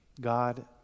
God